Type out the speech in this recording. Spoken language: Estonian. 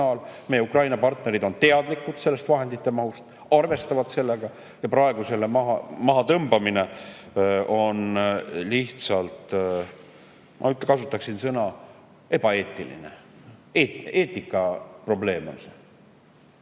Meie Ukraina partnerid on teadlikud nende vahendite mahust, arvestavad sellega, ja praegu selle mahatõmbamine on lihtsalt, ma kasutaksin sõna "ebaeetiline". Eetikaprobleem on see.